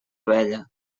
vella